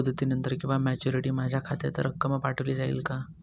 मुदतीनंतर किंवा मॅच्युरिटी माझ्या खात्यात रक्कम पाठवली जाईल का?